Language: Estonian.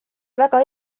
väga